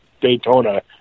Daytona